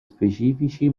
specifici